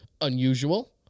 unusual